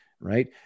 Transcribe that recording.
right